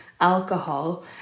alcohol